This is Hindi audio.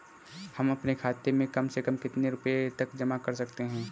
हम अपने खाते में कम से कम कितने रुपये तक जमा कर सकते हैं?